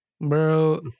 Bro